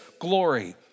glory